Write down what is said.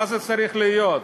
מה זה צריך להיות?